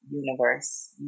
Universe